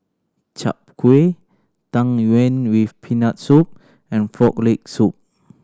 Chai Kuih Tang Yuen with Peanut Soup and Frog Leg Soup